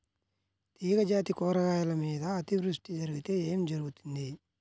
తీగజాతి కూరగాయల మీద అతివృష్టి జరిగితే ఏమి జరుగుతుంది?